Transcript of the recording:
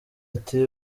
ati